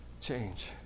change